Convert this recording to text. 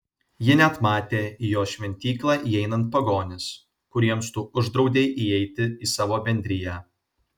ji net matė į jos šventyklą įeinant pagonis kuriems tu uždraudei įeiti į savo bendriją